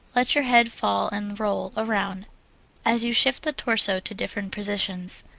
let your head fall and roll around as you shift the torso to different positions.